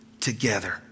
together